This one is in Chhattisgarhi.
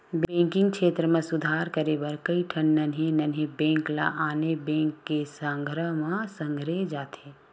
बेंकिंग छेत्र म सुधार करे बर कइठन नान्हे नान्हे बेंक ल आने बेंक के संघरा म संघेरे जाथे